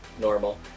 normal